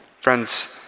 Friends